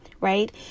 right